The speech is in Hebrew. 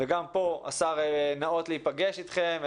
גם פה השר ניאות להיפגש אתכם,